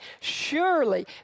Surely